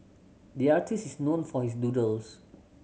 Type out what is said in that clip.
the artist is known for his doodles